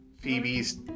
Phoebe's